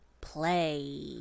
Play